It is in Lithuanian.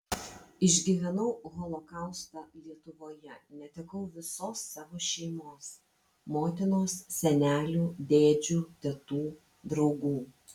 išgyvenau holokaustą lietuvoje netekau visos savo šeimos motinos senelių dėdžių tetų draugų